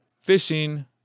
fishing